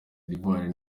d’ivoire